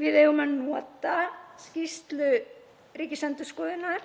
við eigum að nota skýrslu Ríkisendurskoðunar